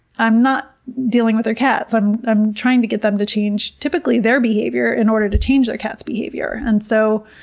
i'm not dealing with their cats i'm i'm trying to get them to change, typically, their behavior in order to change their cat's behavior. and so,